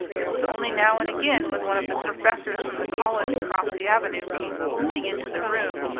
it was only now and again, when one of the professors from the college across the avenue came booming into the room,